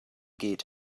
geht